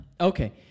Okay